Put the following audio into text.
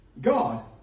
God